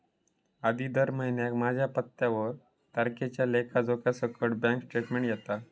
आधी दर महिन्याक माझ्या पत्त्यावर तारखेच्या लेखा जोख्यासकट बॅन्क स्टेटमेंट येता